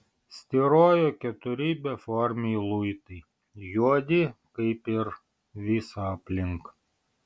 styrojo keturi beformiai luitai juodi kaip ir visa aplink